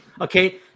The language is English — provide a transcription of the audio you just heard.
okay